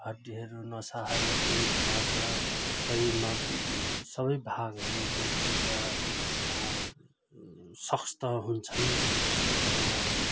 हड्डीहरू नसाहरू धेरै प्रकारका शरीरमा सबै भागहरू मजबुत र शक्त हुन्छन्